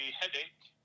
headache